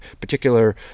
particular